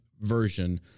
version